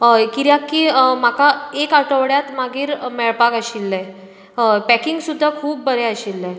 हय कित्याक की म्हाका एका आठवड्या मागीर मेळपाक आशिल्लें हय पॅकिंग सुद्दां खूब बरें आशिल्लें